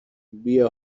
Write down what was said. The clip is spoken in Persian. بیا